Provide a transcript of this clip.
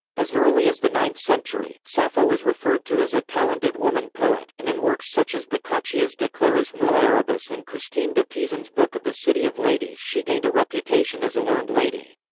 as early as the ninth century, sappho was referred to as a talented woman poet, and in works such as boccaccio's de claris mulieribus and christine de pisan's book of the city of ladies she gained a reputation as a learned lady.